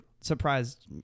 Surprised